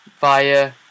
via